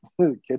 kitchen